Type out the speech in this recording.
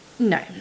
no